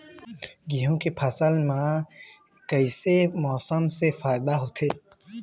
गेहूं के फसल म कइसे मौसम से फायदा होथे?